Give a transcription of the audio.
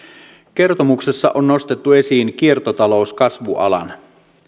kertomuksessa on nostettu esiin kiertotalous kasvualana